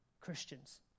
Christians